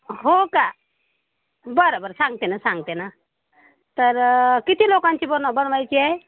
हो का बरं बरं सांगते ना सांगते ना तर किती लोकांची बनव बनवायची आहे